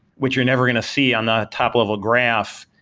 which you're never going to see on the top level graph,